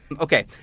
Okay